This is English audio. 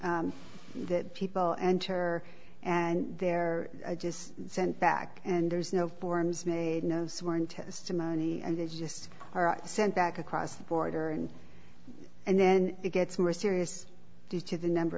people enter and they're just sent back and there's no forms made no sworn testimony and they just are sent back across the border and and then it gets more serious due to the number